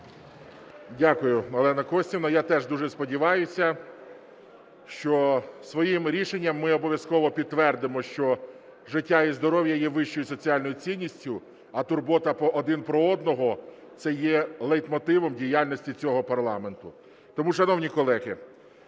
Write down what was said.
Дякую, Олена Костівна. Я теж дуже сподіваюся, що своїм рішенням ми обов'язково підтвердимо, що життя і здоров'я є вищою соціальною цінністю, а турбота один про одного, це є лейтмотивом діяльності цього парламенту. Тому, шановні колеги,